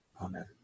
Amen